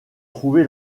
trouvé